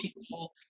people